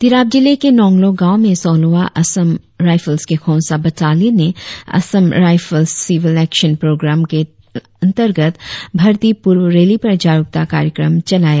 तिराप जिले के नोंगलो गांव में सोलहवां असम राईफल्स के खोंसा बटालियन ने Assam rifles civil action programme के अंतर्गत भर्ती पूर्व रैली पर जागरुकता कार्यक्रम चलाया